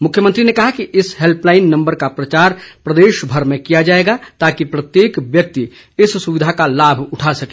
मुख्यमंत्री ने कहा कि इस हैल्पलाईन नम्बर का प्रचार प्रदेशभर में किया जाएगा ताकि प्रत्येक व्यक्ति इस सुविधा का लाभ उठा सके